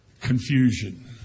confusion